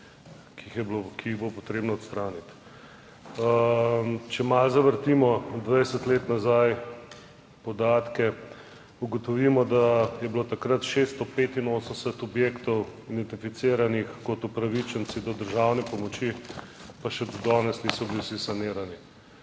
(VI) 13.30 (nadaljevanje) Če malo zavrtimo 20 let nazaj podatke, ugotovimo, da je bilo takrat 685 objektov identificiranih kot upravičenci do državne pomoči, pa še do danes niso bili vsi sanirani.